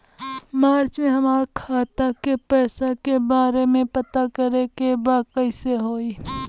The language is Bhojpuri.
मार्च में हमरा खाता के पैसा के बारे में पता करे के बा कइसे होई?